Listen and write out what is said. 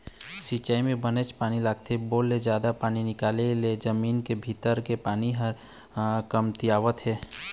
सिंचई म बनेच पानी लागथे, बोर ले जादा पानी निकाले ले जमीन के भीतरी के पानी ह कमतियावत हे